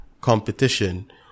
competition